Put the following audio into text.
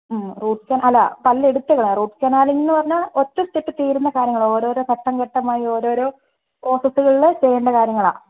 ഉം root canal അല്ല പല്ല് എടുത്ത് കളയാം റൂട്ട് കനാൽ എന്ന് പറഞ്ഞാൽ ഒറ്റ സ്റ്റെപ്പിൽ തീരുന്ന കാര്യമല്ല ഓരോരോ ഘട്ടം ഘട്ടമായി ഓരോരോ പ്രോസസ്സുകളിൽ ചെയ്യേണ്ട കാര്യങ്ങളാണ്